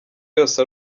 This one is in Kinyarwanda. yose